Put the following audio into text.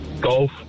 Golf